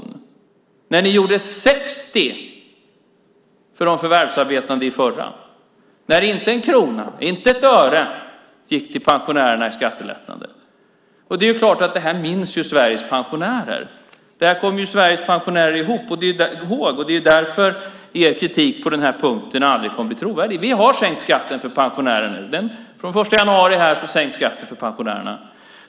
Under den förra gjorde ni en skattesänkning på 60 miljarder för de förvärvsarbetande och inte en krona, inte ett öre gick till pensionärerna i form av skattelättnader. Det är klart att Sveriges pensionärer kommer ihåg det, och därför kommer er kritik på den här punkten aldrig att bli trovärdig. Vi har nu sänkt skatten för pensionärer. Från den 1 januari sänks skatten för pensionärerna.